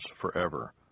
forever